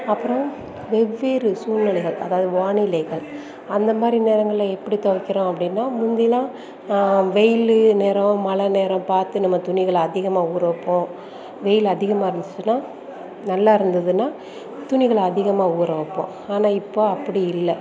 அப்புறம் வெவ்வேறு சூழ்நிலைகள் அதாவது வானிலைகள் அந்த மாதிரி நேரங்கள்ல எப்படி துவைக்கிறோம் அப்படின்னா முந்திலாம் வெயில் நேரம் மழை நேரம் பார்த்து நம்ம துணிகளை அதிகமாக ஊற வைப்போம் வெயில் அதிகமாக இருந்துச்சினா நல்லாயிருந்துதுனா துணிகளை அதிகமாக ஊற வைப்போம் ஆனால் இப்போ அப்படி இல்லை